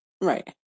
Right